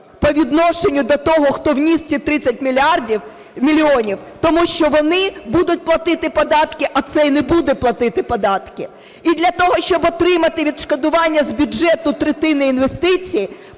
по відношенню до того хто вніс ці 30 мільйонів, тому що вони будуть платити податки, а цей не буде платити податки. І для того, щоб отримати відшкодування з бюджету третини інвестицій